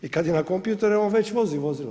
I kad je na kompjuteru on već vozi vozilo.